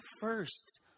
first